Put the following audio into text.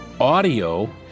audio